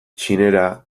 txinera